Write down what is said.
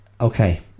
okay